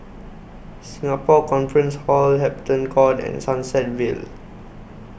Singapore Conference Hall Hampton Court and Sunset Vale